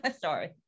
sorry